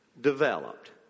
developed